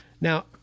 Now